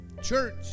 Church